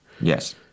Yes